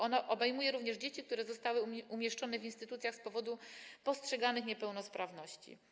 Ono obejmuje również dzieci, które zostały umieszczone w instytucjach z powodu postrzeganych niepełnosprawności.